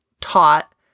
taught